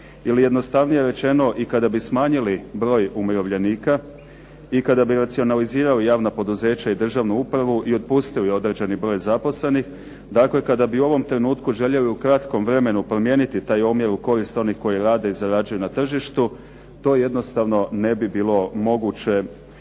Ili jednostavnije rečeno, i kada bi smanjili broj umirovljenika i kada bi racionalizirali javna poduzeća i državnu upravu i otpustili određeni broj zaposlenih, dakle kada bi u ovom trenutku željeli u kratkom vremenu promijeniti taj omjer u korist onih koji rade i zarađuju na tržištu, to jednostavno ne bi bilo moguće